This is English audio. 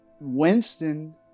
winston